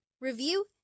review